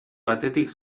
batetik